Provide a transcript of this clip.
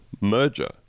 merger